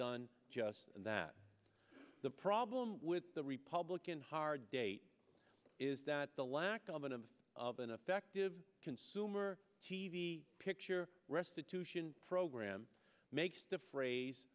done just that the problem with the republic hard date is that the lack of an image of an effective consumer t v picture restitution program makes the phrase